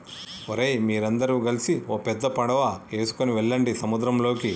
ఓరై మీరందరు గలిసి ఓ పెద్ద పడవ ఎసుకువెళ్ళండి సంద్రంలోకి